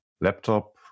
laptop